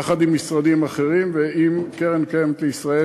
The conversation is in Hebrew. יחד עם משרדים אחרים ועם קרן קיימת לישראל,